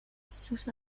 sus